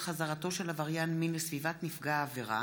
חזרתו של עבריין מין לסביבת נפגע העבירה